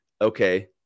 Okay